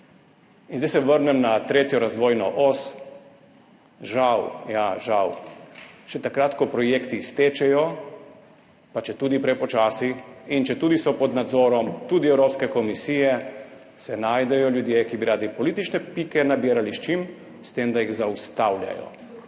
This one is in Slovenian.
In zdaj se vrnem na tretjo razvojno os. Žal, ja, žal, še takrat, ko projekti stečejo, pa četudi prepočasi in četudi so pod nadzorom, tudi Evropske komisije, se najdejo ljudje, ki bi radi politične pike nabirali – s čim? – s tem, da jih zaustavljajo.